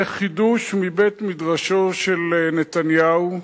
זה חידוש מבית-מדרשו של נתניהו.